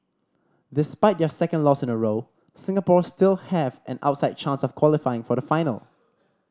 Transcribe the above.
despite their second loss in a row Singapore still have an outside chance of qualifying for the final